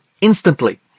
instantly